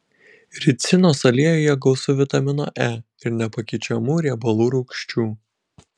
ricinos aliejuje gausu vitamino e ir nepakeičiamų riebalų rūgščių